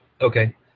Okay